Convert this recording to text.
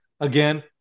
again